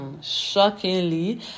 shockingly